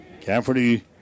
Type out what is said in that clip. Cafferty